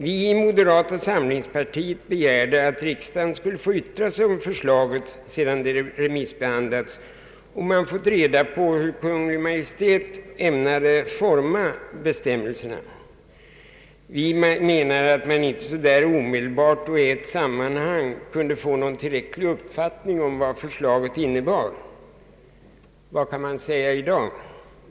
Vi inom moderata samlingspartiet begärde att riksdagen skulle få yttra sig om förslaget, sedan det remissbehandlats och man fått reda på hur Kungl. Maj:t ämnade utforma dessa bestämmelser. Vi menade att man inte så där omedelbart och i ett sammanhang kunde få en tillräcklig uppfattning om vad förslaget innebar. Vad kan man säga i dag?